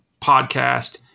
podcast